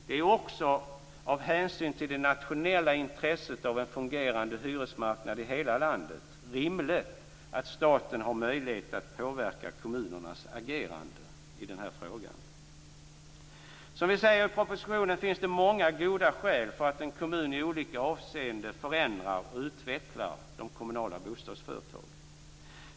Det är också av hänsyn till det nationella intresset av en fungerande hyresmarknad i hela landet rimligt att staten har möjlighet att påverka kommunernas agerande i den här frågan. Som man kan se av propositionen finns det många goda skäl för att en kommun i olika avseenden förändrar och utvecklar de kommunala bostadsföretagen.